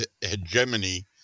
hegemony